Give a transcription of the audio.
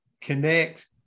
connect